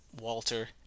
Walter